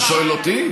אתה שואל אותי?